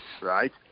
right